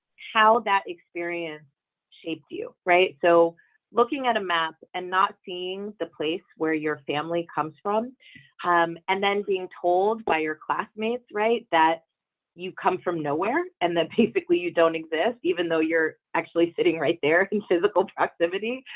how that experience shaped you right so looking at a map and not seeing the place where your family comes from um and then being told by your classmates right that you come from nowhere and then basically you don't exist even though you're actually sitting right there in physical proximity